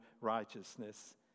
righteousness